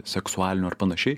seksualinių ar panašiai